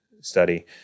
study